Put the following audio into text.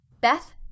Beth